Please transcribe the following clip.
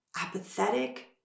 apathetic